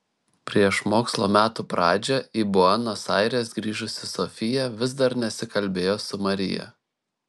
prieš mokslo metų pradžią į buenos aires grįžusi sofija vis dar nesikalbėjo su marija